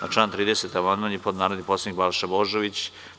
Na član 30. amandman je podneo narodni poslanik Balša Božović.